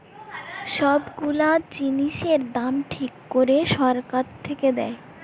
সব গুলা জিনিসের দাম ঠিক করে সরকার থেকে দেয়